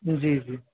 جی جی